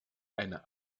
eine